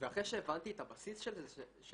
ואחרי שהבנתי את הבסיס של השלבים,